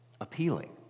appealing